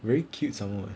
very cute some more eh